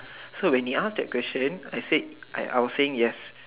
so when you ask that question I would say yes